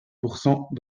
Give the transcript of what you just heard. pourcent